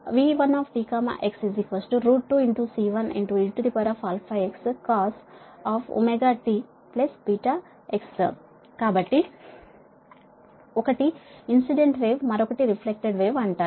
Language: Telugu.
V1t x 2 C1 cos ωtβx కాబట్టి ఒకటి ఇన్సిడెంట్ వేవ్ మరొకటి రిఫ్లెక్టెడ్ వేవ్ అంటారు